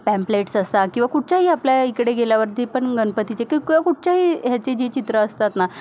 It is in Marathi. पॅम्प्लेट्स असतात किंवा कुठच्याही आपल्या इकडे गेल्यावर जे पण गणपतीचे किंवा कुठच्याही ह्याचे जे चित्र असतात ना